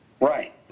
Right